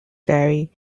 very